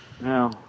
No